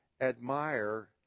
admire